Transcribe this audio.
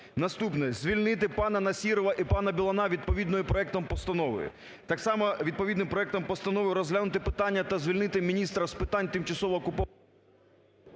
Наступне. Звільнити пана Насірова і пана Білана відповідним проектом постанови. Так само відповідним проектом постанови розглянути питання та звільнити міністра з питань тимчасово окупованих...